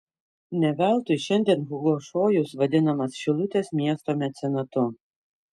ne veltui šiandien hugo šojus vadinamas šilutės miesto mecenatu